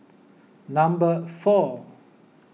number four